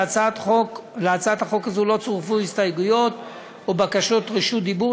להצעת החוק לא צורפו הסתייגויות או בקשות רשות דיבור.